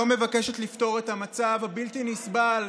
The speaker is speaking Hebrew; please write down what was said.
לא מבקשת לפתור את המצב הבלתי-נסבל,